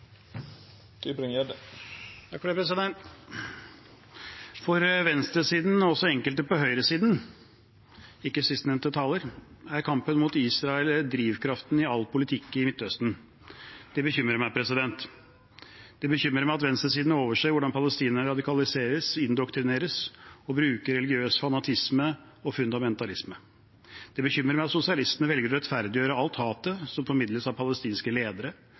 er kampen mot Israel drivkraften i all politikk i Midtøsten. Det bekymrer meg. Det bekymrer meg at venstresiden overser hvordan palestinerne radikaliseres, indoktrineres og bruker religiøs fanatisme og fundamentalisme. Det bekymrer meg at sosialistene velger å rettferdiggjøre alt hatet som formidles av palestinske ledere